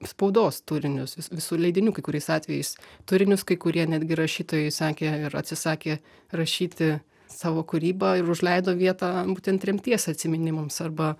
spaudos turinius vis visų leidinių kai kuriais atvejais turinius kai kurie netgi rašytojai sakė ir atsisakė rašyti savo kūrybą ir užleido vietą būtent tremties atsiminimams arba